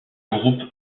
groupe